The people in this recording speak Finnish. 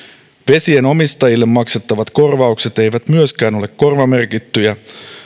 vesienomistajille maksettavat korvaukset eivät myöskään ole korvamerkittyjä